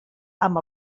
amb